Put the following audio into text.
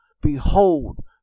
Behold